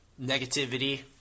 negativity